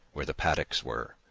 where the paddocks were,